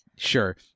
Sure